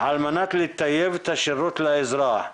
על מנת לטייב את השירות לאזרח.